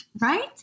right